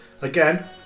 again